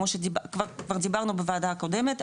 כמו שכבר דיברנו בוועדה הקודמת,